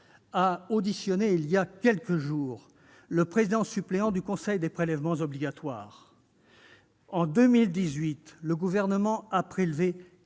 a auditionné il y a quelques jours le président suppléant du Conseil des prélèvements obligatoires. En 2018, le Gouvernement a prélevé